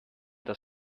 das